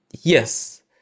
yes